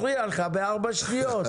אבל אני מפריע לך בארבע שניות.